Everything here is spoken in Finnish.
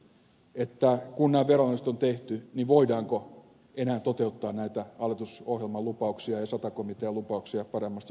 sasin kysymykseen että kun nämä veronalennukset on tehty niin voidaanko enää toteuttaa näitä hallitusohjelmalupauksia ja sata komitean lupauksia paremmasta sosiaaliturvasta